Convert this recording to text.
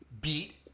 beat